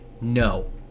no